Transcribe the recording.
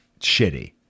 shitty